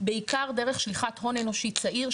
בעיקר דרך שליחת הון אנושי צעיר.